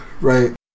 right